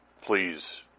please